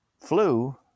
flu